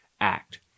act